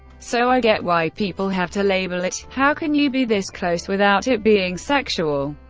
so i get why people have to label it how can you be this close without it being sexual?